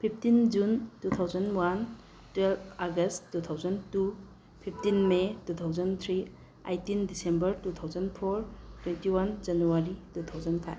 fifteen June two thousand one twelve August two thousand two fifteen may two thousand three eighteen December two thousand four twenty one January two thousand five